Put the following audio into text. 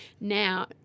now